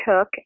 took